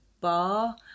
bar